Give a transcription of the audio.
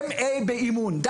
הן באימון,